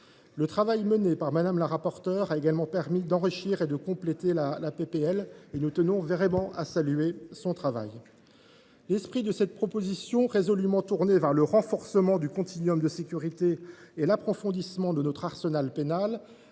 Le travail mené par Mme la rapporteure a également permis d’enrichir et de compléter la proposition de loi. Nous tenons sincèrement à saluer son travail. Ce texte, résolument tourné vers le renforcement du continuum de sécurité et l’approfondissement de notre arsenal pénal,